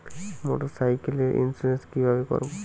মোটরসাইকেলের ইন্সুরেন্স কিভাবে করব?